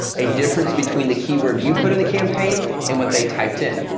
a difference between the keyword you put in the campaign and what they typed in,